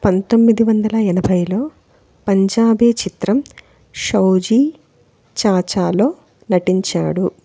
పంతొమ్మిది వందల ఎనభైలో పంజాబీ చిత్రం షౌజీ చాచాలో నటించాడు